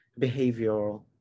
behavioral